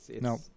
No